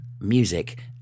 music